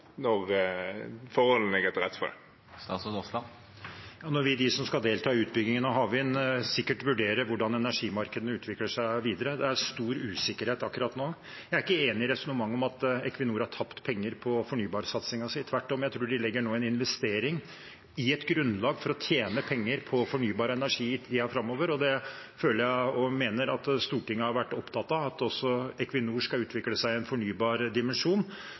forholdene ligger til rette for det? Nå vil sikkert de som skal delta i utbygging av havvind, vurdere hvordan energimarkedene utvikler seg videre. Det er stor usikkerhet akkurat nå. Jeg er ikke enig i resonnementet om at Equinor har tapt penger på fornybarsatsingen sin. Tvert om tror jeg de nå investerer i et grunnlag for å tjene penger på fornybar energi i tiden framover, og jeg føler og mener at Stortinget har vært opptatt av at også Equinor skal utvikle seg i en fornybar dimensjon,